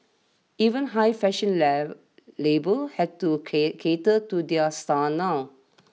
even high fashion lave labels had to care cater to their styles now